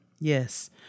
Yes